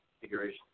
configuration